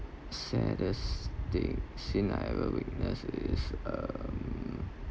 saddest day since I ever witness is um